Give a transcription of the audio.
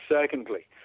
secondly